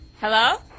Hello